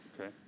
Okay